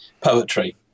poetry